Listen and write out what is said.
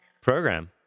program